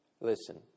Listen